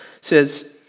says